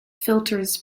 filters